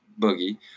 boogie